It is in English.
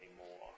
anymore